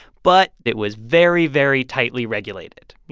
but it was very, very tightly regulated. you